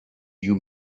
you